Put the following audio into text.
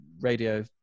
radio